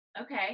Okay